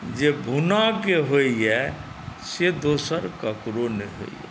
जे भुन्नाके होइए से दोसर ककरो नहि होइए